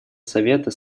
совета